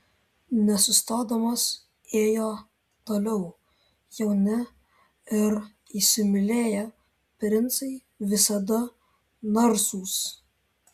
nesustodamas ėjo toliau jauni ir įsimylėję princai visada narsūs